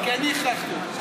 רק כי אני הכרחתי אותו,